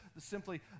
simply